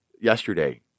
yesterday